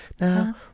now